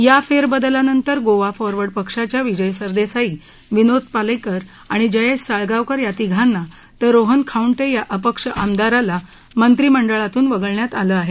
या फेरबदलानंतर गोवा फॉरवर्ड पक्षाच्या विजय सरदेसाई विनोद पालेंकर आणि जयेश साळगावकर या तिघांना तर रोहन खाऊंटे या अपक्ष आमदाराला मंत्रिमंडळातून व्गळण्यात आलं आहे